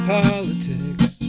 politics